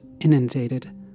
inundated